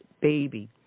baby